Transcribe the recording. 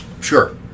Sure